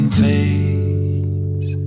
fades